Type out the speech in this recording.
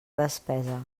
despesa